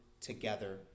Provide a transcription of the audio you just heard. together